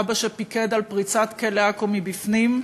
אבא פיקד על פריצת כלא עכו מבפנים.